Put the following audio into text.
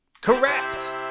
Correct